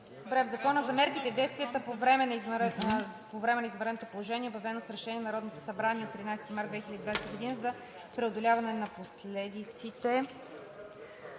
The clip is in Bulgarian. „§ 11. В Закона за мерките и действията по време на извънредното положение, обявено с решение на Народното събрание от 13 март 2020 г. и за преодоляване на последиците